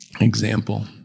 example